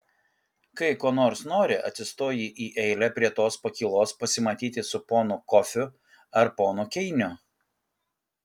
kai ko nors nori atsistoji į eilę prie tos pakylos pasimatyti su ponu kofiu ar ponu keiniu